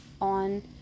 on